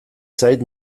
zait